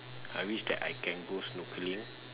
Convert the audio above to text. I wish that I can go snorkelling